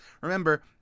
remember